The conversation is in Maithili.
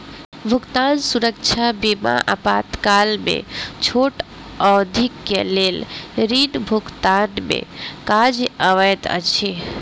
भुगतान सुरक्षा बीमा आपातकाल में छोट अवधिक लेल ऋण भुगतान में काज अबैत अछि